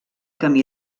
camí